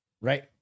right